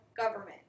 government